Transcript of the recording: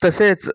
तसेच